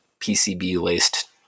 PCB-laced